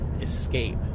escape